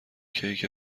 کیک